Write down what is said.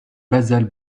basale